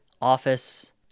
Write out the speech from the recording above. office